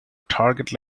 target